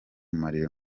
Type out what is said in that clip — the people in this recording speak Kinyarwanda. marley